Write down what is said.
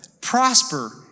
prosper